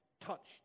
touched